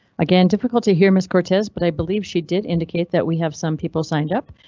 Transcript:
again, difficult to hear ms cortez, but i believe she did indicate that we have some people signed up,